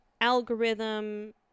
algorithm